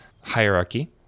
hierarchy